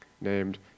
named